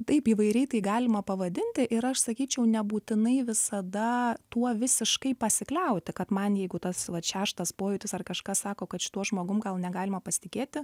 taip įvairiai tai galima pavadinti ir aš sakyčiau nebūtinai visada tuo visiškai pasikliauti kad man jeigu tas vat šeštas pojūtis ar kažkas sako kad šituo žmogum gal negalima pasitikėti